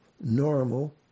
normal